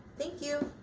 thank you.